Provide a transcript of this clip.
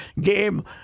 game